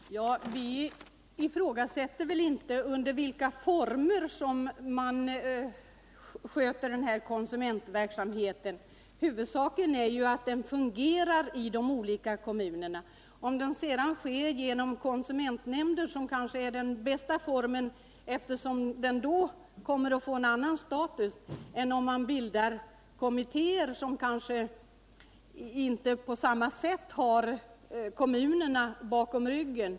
Herr talman! Vi ifrågasätter väl inte de former under vilka den konsumentpolitiska verksamheten sköts. Huvudsaken är att den fungerar i de olika kommunerna, t.ex. genom konsumentnämnder, som kanske är den bästa formen, eftersom verksamheten genom sådana får en annan status än i kommittéer, som kanske inte på samma sätt har kommunerna bakom ryggen.